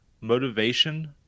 motivation